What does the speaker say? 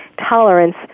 tolerance